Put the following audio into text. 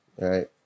Right